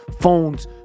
phones